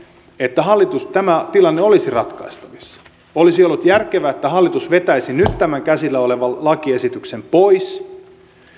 että tämä tilanne olisi ratkaistavissa olisi ollut järkevää että hallitus vetäisi nyt tämän käsillä olevan lakiesityksen pois